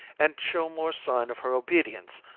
and show more sign of her obedience,